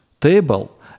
table